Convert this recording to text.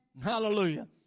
Hallelujah